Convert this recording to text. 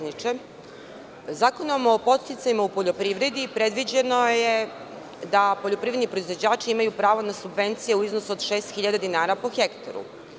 Zakonom o podsticajima u poljoprivredi predviđeno da poljoprivredni proizvođači imaju pravo na subvencije u iznosu od 6.000 dinara po hektaru.